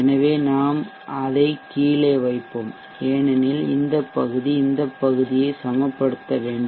எனவே நாம் அதை கீழே வைப்போம் ஏனெனில் இந்த பகுதி இந்த பகுதியை சமப்படுத்த வேண்டும்